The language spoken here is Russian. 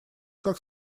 как